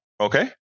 Okay